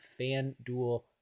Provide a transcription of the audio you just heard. FanDuel